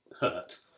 Hurt